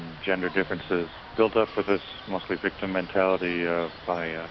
gender differences built up with us mostly victim mentality ah by ah